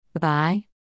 Bye